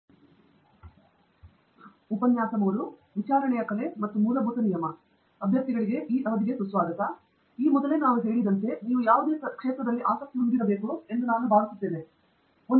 ನಾನು ಇಲ್ಲಿಯವರೆಗೂ ಕೇಳಿರುವ ಅನೇಕ ಪಾಯಿಂಟ್ಗಳು ಈ ಎಲ್ಲ ಆಲೋಚನೆಗಳನ್ನು ಮೊದಲನೆಯದಾಗಿ ತಿಳಿಸಿವೆ ನೀವು ಆ ಪ್ರದೇಶದಲ್ಲಿ ಆಸಕ್ತಿಯನ್ನು ಹೊಂದಿರಬೇಕು ಮತ್ತು ನಾವು ಎಲ್ಲಿ ಭಾವಿಸುತ್ತೇವೆ ನಿಮಗೆ ತಿಳಿದಿರುವುದು ನಿಮಗೆ ಯಾವಾಗ ಬೇಕು ಎಂದು